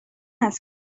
است